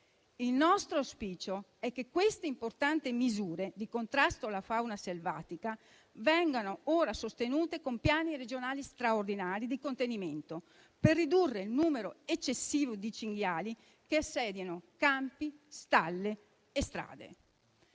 Il nostro auspicio è che queste importanti misure di contrasto alla fauna selvatica vengano ora sostenute con piani regionali straordinari di contenimento, per ridurre il numero eccessivo di cinghiali che assediano campi, stalle e strade.